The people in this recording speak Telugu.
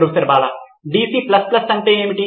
ప్రొఫెసర్ బాలా DC అంటే ఏమిటి